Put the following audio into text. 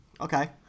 Okay